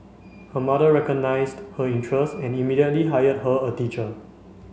her mother recognised her interest and immediately hired her a teacher